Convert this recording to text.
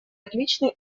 отличный